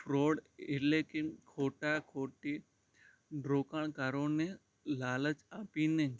fraud એટલે કે ખોટા ખોટી રોકાણકારોને લાલચ આપીને